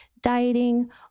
dieting